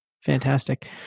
Fantastic